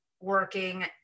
working